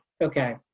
okay